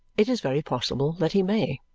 it is very possible that he may.